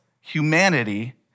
humanity